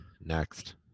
next